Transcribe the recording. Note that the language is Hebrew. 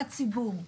הציבור.